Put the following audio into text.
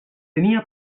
tenia